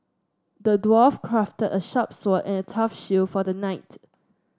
the dwarf crafted a sharp sword and a tough shield for the knight